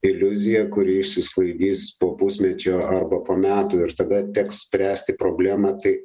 iliuzija kuri išsisklaidys po pusmečio arba po metų ir tada teks spręsti problemą tai